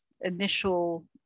initial